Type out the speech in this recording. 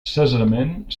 cessament